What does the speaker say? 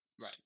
Right